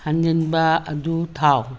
ꯍꯟꯖꯤꯟꯕ ꯑꯗꯨ ꯊꯥꯎ